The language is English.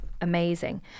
amazing